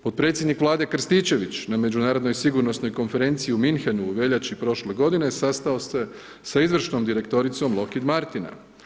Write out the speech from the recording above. Potpredsjednik Vlade Krstičević na Međunarodnoj sigurnosnoj konferenciji u Munchenu u veljači prošle godine sastao se sa izvršnom direktoricom Lockheed Martin.